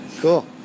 cool